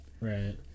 Right